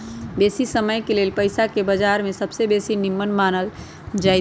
बेशी समयके लेल पइसाके बजार में सबसे बेशी निम्मन मानल जाइत हइ